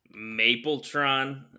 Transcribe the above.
Mapletron